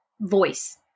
voice